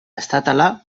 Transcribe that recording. estatala